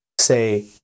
say